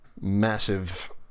massive